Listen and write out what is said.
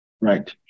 right